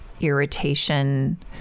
irritation